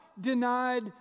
denied